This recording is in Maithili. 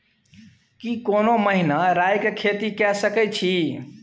की कोनो महिना राई के खेती के सकैछी?